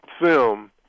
film